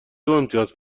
دوامتیاز